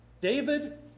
David